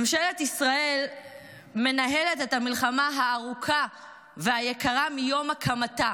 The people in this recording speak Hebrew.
ממשלת ישראל מנהלת את המלחמה הארוכה והיקרה מיום הקמתה.